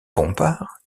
bompard